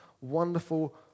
wonderful